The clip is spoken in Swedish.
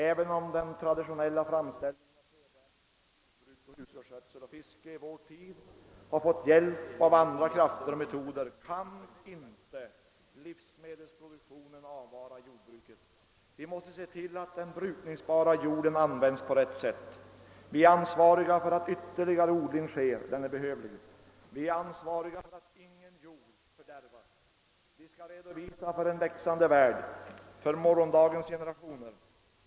Även om den traditionella framställningen av födoämnen genom jordbruk, boskapsskötsel och fiske i vår tid har fått hjälp av andra krafter och metoder kan livsmedelsproduktionen inte avvara jordbruket. Vi måste därför se till att den brukningsbara jorden används på rätt sätt. Vi är ansvariga för att ytterligare odling sker — den är behövlig. Vi är ansvariga för att ingen jord fördärvas. Vi skall redovisa för en växande värld, för morgondagens generationer.